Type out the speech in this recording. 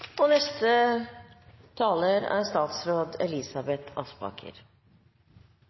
ganger. Neste taler er statsråd